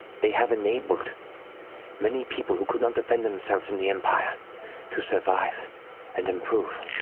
they have enabled many people who could not defend themselves in the empire to survive and improve.